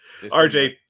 RJ